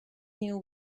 you